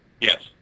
Yes